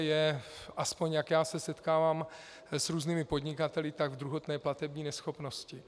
Je, aspoň jak já se setkávám s různými podnikateli, v druhotné platební neschopnosti.